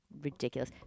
ridiculous